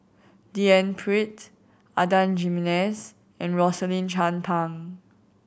D N Pritt Adan Jimenez and Rosaline Chan Pang